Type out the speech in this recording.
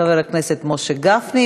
חבר הכנסת משה גפני.